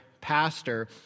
pastor